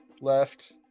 left